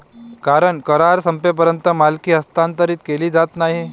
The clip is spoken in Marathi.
कारण करार संपेपर्यंत मालकी हस्तांतरित केली जात नाही